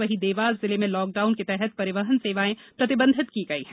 वहीं देवास जिले में लाकडाउन के तहत परिवहन सेवायें प्रतिबंधित की गई हैं